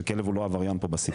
כי הכלב הוא לא עבריין פה בסיפור.